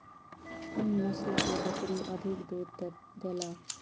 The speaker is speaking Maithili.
कुन नस्ल के बकरी अधिक दूध देला?